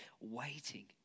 waiting